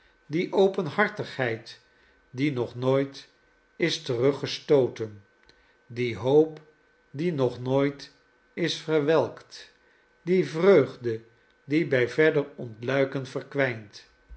die openhartigheid die nog nooit is teruggestooten die hoop die nog nooit is verwelkt die vreugde die bij verder ontluiken verkwijnt